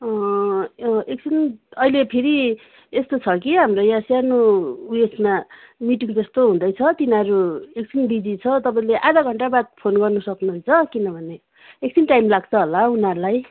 एकछिन अहिले फेरि यस्तो छ कि हाम्रो यहाँ सानो उयसमा मिटिङ जस्तो हुँदैछ तिनीहरू एकछिन बिजी छ तपाईँले आधा घन्टा बाद फोन गर्न सक्नुहुन्छ किनभने एकछिन टाइम लाग्छ होला उनीहरूलाई